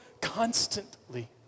constantly